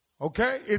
okay